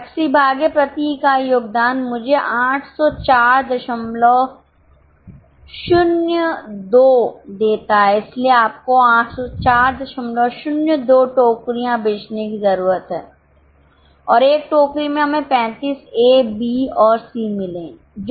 FC भागे प्रति इकाई योगदान मुझे 80402 देता है इसलिए आपको 80402 टोकरीया बेचने की जरूरत है और 1 टोकरी में हमें 35 ए बी और सी मिले हैं